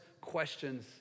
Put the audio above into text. questions